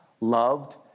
Loved